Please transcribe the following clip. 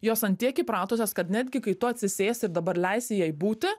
jos ant tiek įpratusios kad netgi kai tu atsisėsi ir dabar leisi jai būti